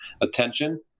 attention